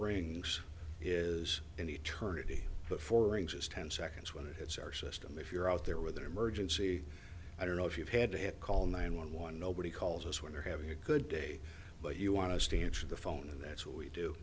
rings is an eternity before rings is ten seconds when it hits our system if you're out there with an emergency i don't know if you've had to call nine one one nobody calls us when you're having a good day but you want to stanch the phone and that's what we